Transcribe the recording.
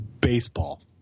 baseball